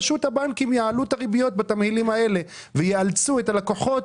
פשוט הבנקים יעלו את הריביות בתמהילים האלה וייאלצו את הלקוחות